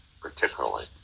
particularly